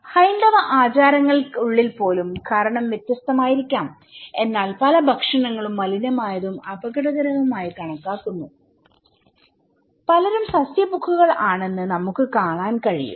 ഹൈന്ദവ ആചാരങ്ങൾക്കുള്ളിൽ പോലും കാരണം വ്യത്യസ്തമായിരിക്കാം എന്നാൽ പല ഭക്ഷണങ്ങളും മലിനമായതും അപകടകരവും ആയി കണക്കാക്കുന്നുപലരും സസ്യഭുക്കുകളും ആണെന്ന് നമുക്ക് കാണാൻ കഴിയും